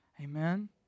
Amen